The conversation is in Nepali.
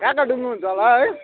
कहाँ कहाँ डुल्नुहुन्छ होला है